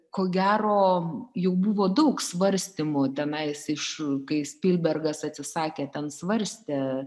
ko gero juk buvo daug svarstymų tenais iš kai spilbergas atsisakė ten svarstė